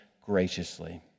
graciously